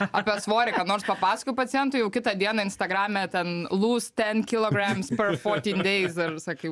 apie svorį ką nors papasakoju pacientui jau kitą dieną instagrame ten lūz ten kilograms per fortyn deiz ir visokių